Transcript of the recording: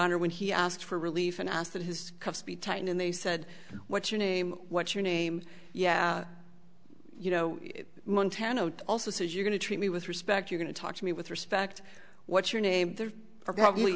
honor when he asked for relief and asked that his cuffs be tightened and they said what's your name what's your name yeah you know montana also says you're going to treat me with respect you're going to talk to me with respect what's your name there are probably